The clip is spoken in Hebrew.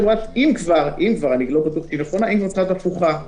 שאם כבר אני לא בטוח שהיא נכונה צריכה להיות הפוכה,